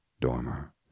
Dormer